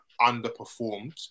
underperformed